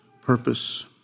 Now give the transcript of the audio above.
purpose